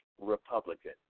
Republican